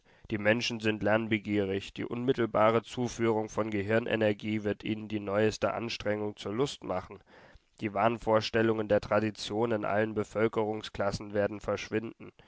die menschen sind lernbegierig die unmittelbare zuführung von gehirnenergie wird ihnen die neue anstrengung zur lust machen die wahnvorstellungen der tradition in allen bevölkerungsklassen werden verschwinden